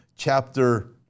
Chapter